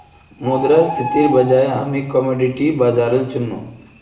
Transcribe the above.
मुद्रास्फीतिर वजह हामी कमोडिटी बाजारल चुन नु